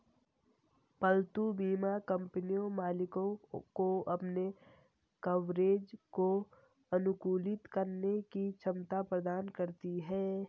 पालतू बीमा कंपनियां मालिकों को अपने कवरेज को अनुकूलित करने की क्षमता प्रदान करती हैं